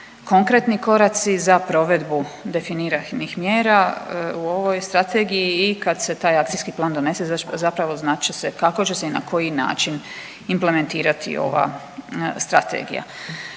konkretni koraci za provedbu definiranih mjera u ovoj strategiji i kad se taj akcijski plan donese zapravo znat će se kako će se i na koji način implementirati ova strategija.